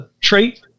trait